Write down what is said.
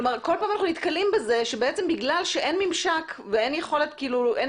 כל פעם אנחנו נתקלים בזה שבגלל שאין ממשק ואין קשר,